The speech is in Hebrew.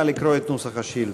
נא לקרוא את נוסח השאילתה.